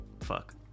fuck